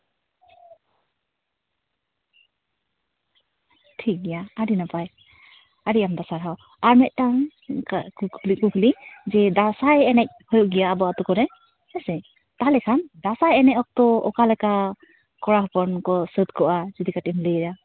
ᱴᱷᱤᱠᱜᱮᱭᱟ ᱟᱹᱰᱤ ᱱᱟᱯᱟᱭ ᱟᱹᱰᱤ ᱟᱢᱫᱟ ᱥᱟᱨᱦᱟᱣ ᱟᱨ ᱢᱤᱫᱴᱟᱝ ᱠᱟᱹᱴᱤᱡ ᱠᱩᱠᱞᱤ ᱡᱮ ᱫᱟᱸᱥᱟᱭ ᱮᱱᱮᱡ ᱦᱩᱭᱩᱜ ᱜᱮᱭᱟ ᱟᱵᱚ ᱟᱛᱳ ᱠᱚᱨᱮᱫ ᱦᱮᱸᱥᱮ ᱛᱟᱦᱞᱮ ᱠᱷᱟᱱ ᱫᱟᱸᱥᱟᱭ ᱮᱱᱮᱡ ᱚᱠᱛᱚ ᱚᱠᱟᱞᱮᱠᱟ ᱠᱚᱲᱟ ᱦᱚᱯᱚᱱ ᱠᱚ ᱥᱟᱹᱛ ᱠᱚᱜᱼᱟ ᱡᱩᱫᱤ ᱠᱟᱹᱴᱤᱡ ᱮᱢ ᱞᱟᱹᱭᱟ